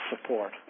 support